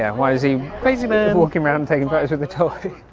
yeah, why is he crazy but walking around taking practice what they're talking?